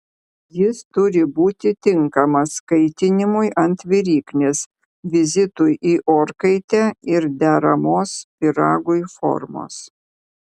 jis turi būti tinkamas kaitinimui ant viryklės vizitui į orkaitę ir deramos pyragui formos